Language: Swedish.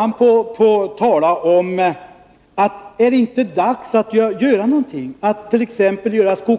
Han ansåg att det var dags att göra någonting, t.ex. att inrätta